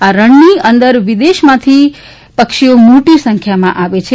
આ રણમાં વિદેશમાંથી પક્ષીઓ મોટી સંખ્યામાં આવે છે